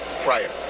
prior